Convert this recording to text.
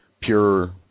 pure